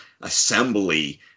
assembly